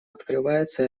открывается